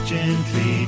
Gently